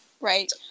Right